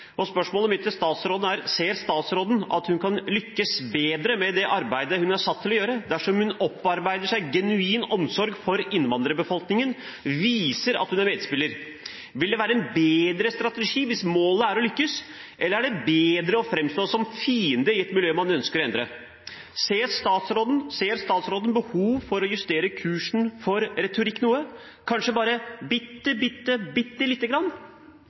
Spørsmålet mitt til statsråden er: Ser statsråden at hun kan lykkes bedre med det arbeidet hun er satt til å gjøre, dersom hun opparbeider seg genuin omsorg for innvandrerbefolkningen og viser at hun er en medspiller? Vil det være en bedre strategi hvis målet er å lykkes, eller er det bedre å framstå som fiende i et miljø man ønsker å endre? Ser statsråden behov for å justere kursen for retorikk noe, kanskje bare